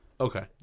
Okay